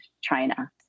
China